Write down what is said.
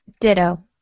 Ditto